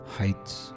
heights